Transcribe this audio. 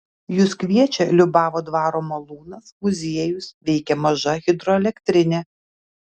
jus kviečia liubavo dvaro malūnas muziejus veikia maža hidroelektrinė